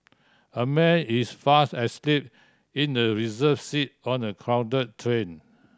a man is fast asleep in a reserve seat on the crowd train